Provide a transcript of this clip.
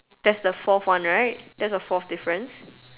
that's the fourth one right that's the fourth difference